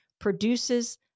produces